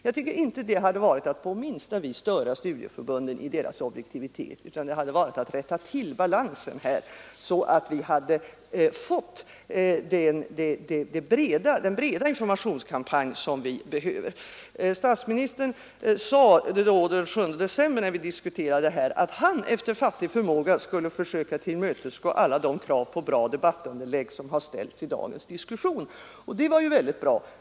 Jag tycker inte det hade varit att på minsta vis störa studieförbunden i deras objektivitet, utan det hade varit att rätta till balansen så att vi hade fått den breda informationskampanj vi behöver. Statsministern sade den 7 december, när vi diskuterade detta, att han efter fattig förmåga skulle försöka tillmötesgå alla de krav på bra debattunderlag som har ställts i diskussionen, och det var ju mycket bra.